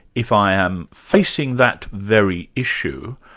if i am facing that very issue,